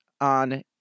on